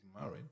married